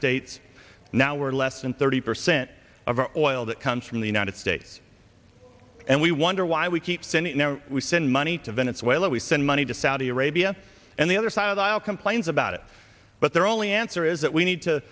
states now we're less than thirty percent of our oil that comes from the united states and we wonder why we keep sending now we send money to venezuela we send money to saudi arabia and the other side of the aisle complains about it but their only answer is that we need to